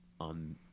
on